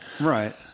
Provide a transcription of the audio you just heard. right